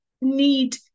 need